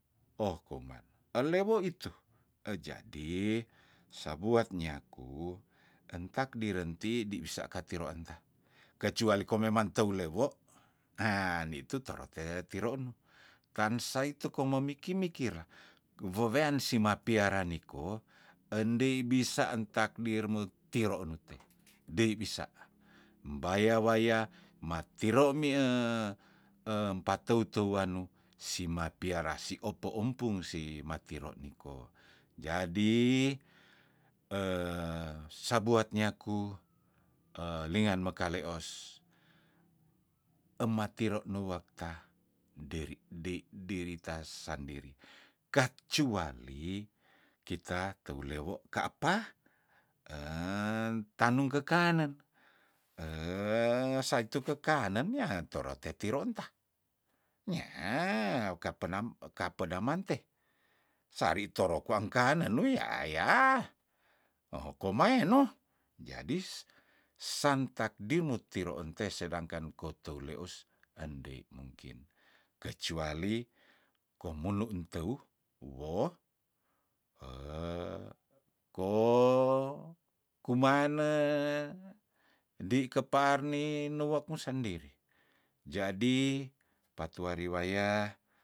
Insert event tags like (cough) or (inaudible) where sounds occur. Oh kongan elewo itu ejadi sabuat nyaku entekdir renti di bisa katiron anta kecuali ko memang teu lewo hah nitu toro te tiro unnu tansa itu kongmo miki mikir gebewean sima piara niko endei bisa antakdir metiro unute dei bisa embaya waya matiro mi (hesitation) empatoutu anu sima piara siopo ompung si matiro niko jadi (hesitation) sabuat nyaku (hesitation) lingan makaleos ematirok nuwekta nderi dei derita sandiri kacuali kita teulewo ka apa (hesitation) tanung kekanen (hesitation) saitu kekanen ya torote tiro entah nyah wuka penam eka penam mante sari toro kwa engkanen nenuyah yahh hokomaye no jadis santakdir mutiroonte sedangkan kotou leos endei mungkin kecuali komunu enteu woh (hesitation) ko kumane di kepar ni nuwek mu sendiri jadi patuari waya